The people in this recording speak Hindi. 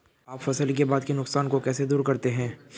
आप फसल के बाद के नुकसान को कैसे दूर करते हैं?